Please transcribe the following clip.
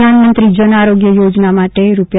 પ્રધાનમંત્રી જન આરોગ્ય યોજના માટે રૂા